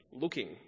looking